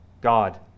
God